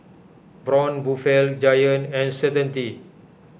Braun Buffel Giant and Certainty